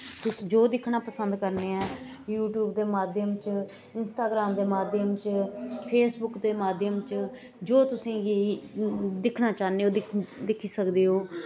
तुस जो दिक्खना पसंद करने ऐं यूटयूब दे माध्यम च इंस्टॉग्राम दे माध्यम च फेसबुक दे माध्यम च जो तुसें गी दिक्खना चाह्नें ओ दिक्खी सकदे ओ